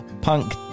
punk